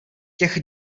těch